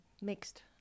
mixed